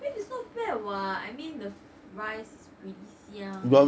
crave is not bad what I mean the rice is pretty 香